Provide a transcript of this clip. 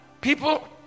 People